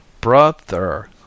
Brother